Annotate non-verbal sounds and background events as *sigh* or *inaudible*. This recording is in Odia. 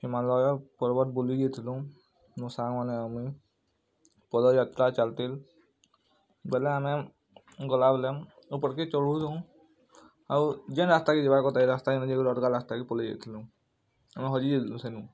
ହିମାଳୟ ପର୍ବତ ବୁଲିଁ ଯାଇଥିଲୁ ମୋ ସାଙ୍ଗମାନେ ଆଉ ମୁଁଇ ପଦଯାତ୍ରା ଚାଲତିଲ୍ ଗଲେ ଆମେ ଗଲା ବେଳେ ଉପର କେ ଚଢ଼ୁ ଥିଲୁଁ ଆଉ ଯିନ୍ ରାସ୍ତା କେ ଯିବା କଥା ଏ ରାସ୍ତା *unintelligible* ଅଲଗା ରାସ୍ତାକୁ ପଳେଇ ଯାଇ ଥିଲୁ ଆମେ ହଜି ଯାଇଥିଲୁ ସେନୁ